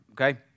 okay